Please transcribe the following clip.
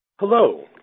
Hello